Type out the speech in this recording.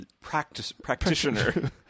practitioner